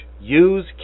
use